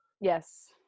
yes